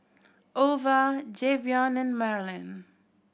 Ova Jayvion and Marylin